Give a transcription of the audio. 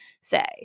say